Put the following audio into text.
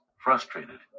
frustrated